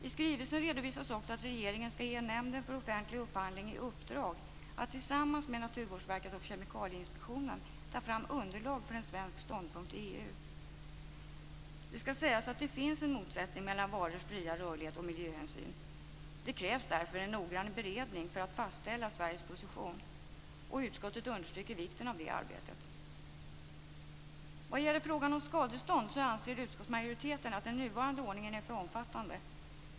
I skrivelsen redovisas också att regeringen skall ge Nämnden för offentlig upphandling i uppdrag att tillsammans med Naturvårdsverket och Kemikalieinspektionen ta fram underlag för en svensk ståndpunkt i EU. Det skall sägas att det finns en motsättning mellan varors fria rörlighet och miljöhänsyn. Det krävs därför en noggrann beredning för att fastställa Sveriges position. Utskottet understryker vikten av det arbetet. Vad gäller frågan om skadestånd anser utskottsmajoriteten att den nuvarande ordningen är för omfattande.